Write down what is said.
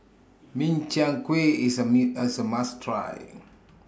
Min Chiang Kueh IS A Me as A must Try